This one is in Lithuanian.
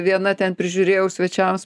viena ten prižiūrėjau svečiams